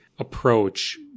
Approach